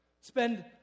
spend